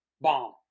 bomb